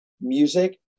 music